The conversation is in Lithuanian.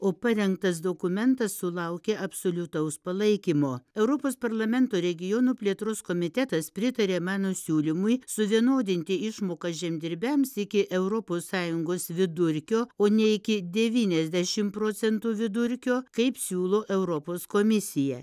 o parengtas dokumentas sulaukė absoliutaus palaikymo europos parlamento regionų plėtros komitetas pritarė mano siūlymui suvienodinti išmokas žemdirbiams iki europos sąjungos vidurkio o ne iki devyniasdešimt procentų vidurkio kaip siūlo europos komisija